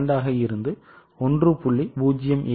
2 ஆக இருந்து 1